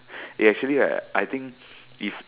eh actually right I think if